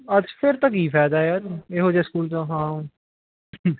ਅੱਛਾ ਫਿਰ ਤਾਂ ਕੀ ਫ਼ਾਇਦਾ ਹੈ ਯਾਰ ਇਹੋ ਜਿਹੇ ਸਕੂਲ ਦਾ ਹਾਂ